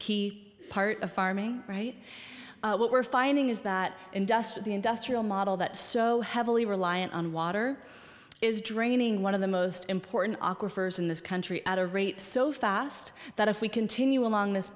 key part of farming right what we're finding is that in dust with the industrial model that so heavily reliant on water is draining one of the most important in this country at a rate so fast that if we continue along this